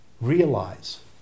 realize